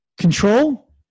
control